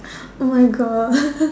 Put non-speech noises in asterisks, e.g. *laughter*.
oh my God *laughs*